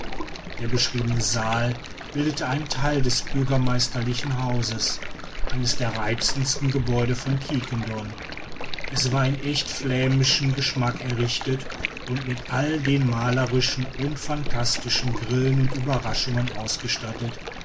der beschriebene saal bildete einen theil des bürgermeisterlichen hauses eines der reizendsten gebäude von quiquendone es war in echt flämischem geschmack errichtet und mit all den malerischen und phantastischen grillen und ueberraschungen ausgestattet